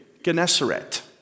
Gennesaret